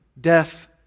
death